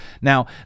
Now